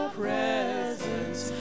presence